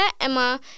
Emma